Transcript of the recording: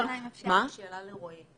אם אפשר שאלה לרואי.